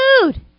food